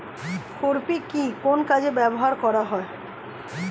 খুরপি কি কোন কাজে ব্যবহার করা হয়?